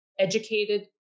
educated